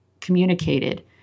communicated